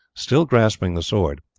still grasping the sword,